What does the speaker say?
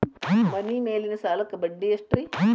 ಮನಿ ಮೇಲಿನ ಸಾಲಕ್ಕ ಬಡ್ಡಿ ಎಷ್ಟ್ರಿ?